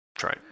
try